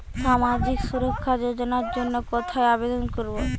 সামাজিক সুরক্ষা যোজনার জন্য কোথায় আবেদন করব?